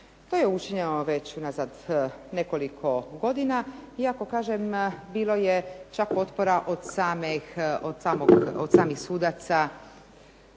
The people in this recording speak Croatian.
To je učinjeno već unazad nekoliko godina, iako kažem bilo je čak otpora od samih sudaca